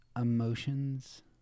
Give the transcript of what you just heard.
emotions